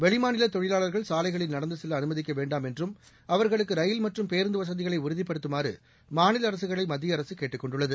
வெளிமாநில தொழிலாளர்கள் சாலைகளில் நடந்து செல்ல அனுமதிக்க வேண்டாம் என்றும் அவர்களுக்கு ரயில் மற்றும் பேருந்து வசதிகளை உறுதிபடுத்துமாறு மாநில அரசுகளை மத்திய அரசு கேட்டுக் கொண்டுள்ளது